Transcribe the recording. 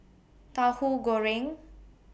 Tahu Goreng